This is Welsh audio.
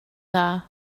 dda